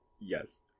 Yes